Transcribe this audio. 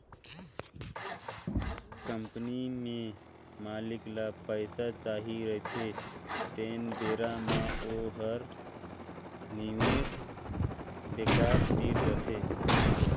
company में मालिक ल पइसा चाही रहथें तेन बेरा म ओ ह निवेस बेंकर तीर जाथे